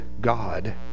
God